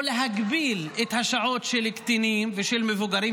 אתה צריך או להגביל את השעות של הקטינים ושל מבוגרים,